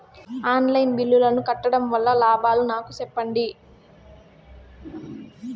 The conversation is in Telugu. ఆన్ లైను బిల్లుల ను కట్టడం వల్ల లాభాలు నాకు సెప్పండి?